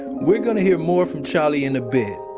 we're going to hear more from charlie in a bit,